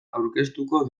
aurkeztuko